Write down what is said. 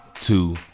two